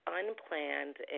unplanned